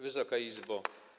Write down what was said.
Wysoka Izbo!